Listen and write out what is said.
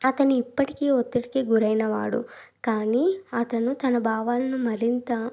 అతని ఇప్పటికీ ఒత్తిడికి గురైన వాడు కానీ అతను తన భావాలను మరింత